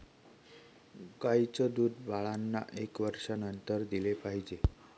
गाईचं दूध बाळांना एका वर्षानंतर दिले पाहिजे